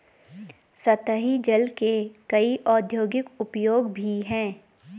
सतही जल के कई औद्योगिक उपयोग भी हैं